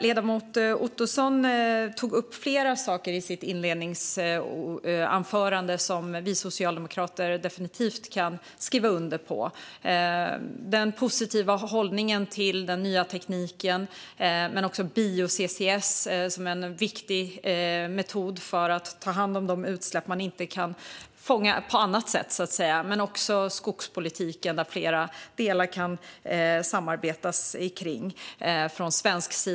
Ledamoten tog upp flera saker i sitt inledningsanförande som vi socialdemokrater definitivt kan skriva under på, till exempel den positiva hållningen till den nya tekniken, bio-CCS, som är en viktig metod för att ta hand om de utsläpp som man inte kan fånga på annat sätt, och skogspolitiken. Vi skulle kunna samarbeta om flera delar av den.